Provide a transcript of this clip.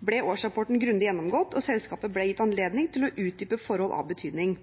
ble årsrapporten grundig gjennomgått og selskapet ble gitt anledning til å utdype forhold av betydning.